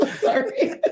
sorry